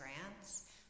grants